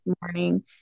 morning